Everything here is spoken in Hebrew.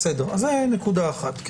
נקודה אחת.